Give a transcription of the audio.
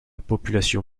population